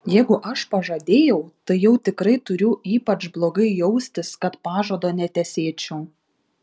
jeigu aš pažadėjau tai jau tikrai turiu ypač blogai jaustis kad pažado netesėčiau